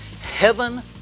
Heaven